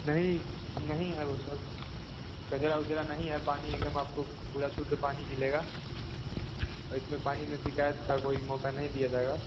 नहीं नहीं है वह सब कचरा उचरा नहीं है पानी एक दम आपको पूरा शुद्ध पानी मिलेगा इसमें पानी में शिकायत का कोई मौक़ा नहीं दिया जाएगा